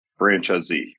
franchisee